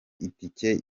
itike